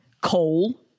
coal